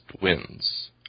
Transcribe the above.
wins